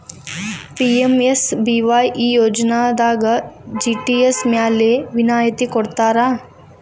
PMSBY ಈ ಯೋಜನಾದಾಗ GST ಮ್ಯಾಲೆ ವಿನಾಯತಿ ಕೊಡ್ತಾರಾ